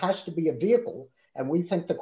has to be a vehicle and we think the